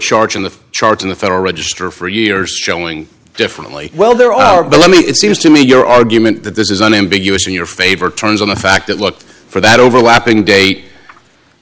charge in the charts in the federal register for years showing differently well there are but let me it seems to me your argument that this is an ambiguous in your favor turns on the fact that look for that overlapping date